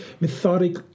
methodic